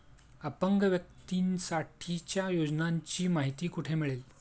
अपंग व्यक्तीसाठीच्या योजनांची माहिती कुठे मिळेल?